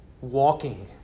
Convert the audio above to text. walking